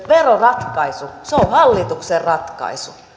veroratkaisu on hallituksen ratkaisu